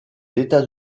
états